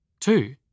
Two